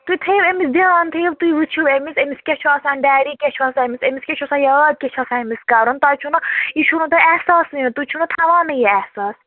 تُہۍ تھٲیِو أمِس دھیان تھٲیِو تُہۍ وٕچھِو أمِس أمِس کیٛاہ چھُ آسان ڈٮ۪ری کیٛاہ چھُ آسان أمِس أمِس کیٛاہ چھُ آسان یاد کیٛاہ چھُ آسان أمِس کَرُن تۄہہِ چھُو نا یہِ چھُو نہٕ تۄہہِ احساسٕے نہ تُہۍ چھُو نہ تھاوانٕے یہِ احساس